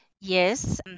Yes